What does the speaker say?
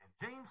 James